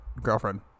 girlfriend